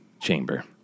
chamber